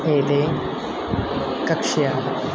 एते कक्ष्याः